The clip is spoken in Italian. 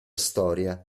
storia